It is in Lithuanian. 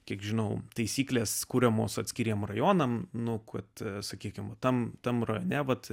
kiek žinau taisyklės kuriamos atskiriems rajonams nu kad sakykime tam tam rajone vat